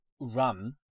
run